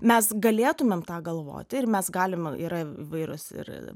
mes galėtumėm tą galvoti ir mes galime yra įvairūs ir